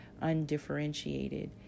undifferentiated